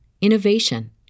innovation